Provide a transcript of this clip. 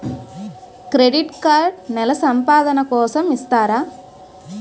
Credit card నెల సంపాదన కోసం ఇస్తారా?